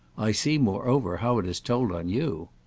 i see moreover how it has told on you.